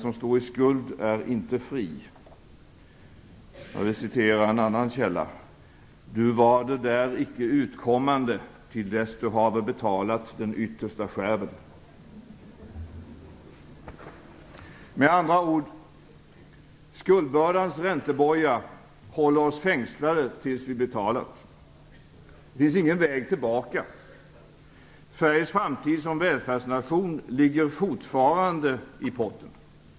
Eller för att citera en annan källa: "Du varder där icke utkommande, till dess du haver betalat den yttersta skärven". Med andra ord: Skuldbördans ränteboja håller oss fängslade tills vi betalat. Det finns ingen väg tillbaka. Sveriges framtid som välfärdsnation ligger fortfarande i potten.